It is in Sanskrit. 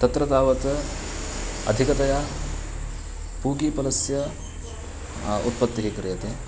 तत्र तावत् अधिकतया पूगीपलस्य उत्पत्तिः क्रियते